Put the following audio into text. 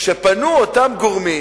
כשפנו אותם גורמים